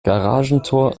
garagentor